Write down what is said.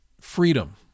freedom